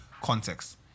context